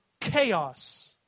chaos